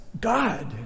God